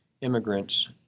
immigrants